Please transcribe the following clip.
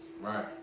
Right